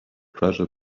treasure